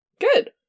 Good